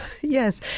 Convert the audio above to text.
Yes